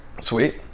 Sweet